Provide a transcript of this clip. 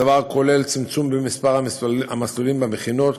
הדבר כולל צמצום מספר המסלולים במכינות,